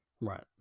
Right